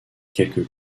quelques